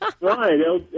Right